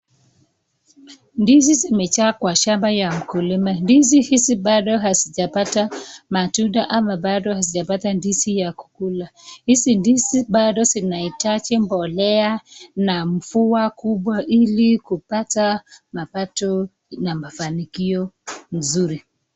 Ndizi zimejaa kwa shamba ya mkulima. Ndizi hizi bado hazijapata matunda ama bado hazijapata ndizi ya kukula. Hizi ndizi bado zinaitaji mbolea na mvua kubwa ili kupata mapato na mafanikio nzuri.